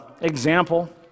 example